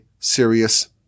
serious